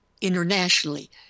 Internationally